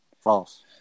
False